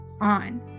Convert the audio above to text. on